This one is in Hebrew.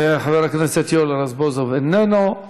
חבר הכנסת יואל רזבוזוב, איננו.